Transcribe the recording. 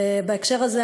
בהקשר הזה,